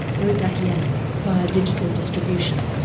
bodak yellow, via digital distribution.